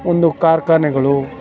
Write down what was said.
ಒಂದು ಕಾರ್ಖಾನೆಗಳು